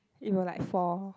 it will like fall